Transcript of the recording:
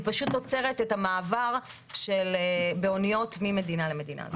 היא פשוט עוצרת את המעבר באוניות ממדינה למדינה.